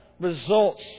results